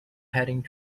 heading